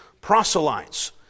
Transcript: proselytes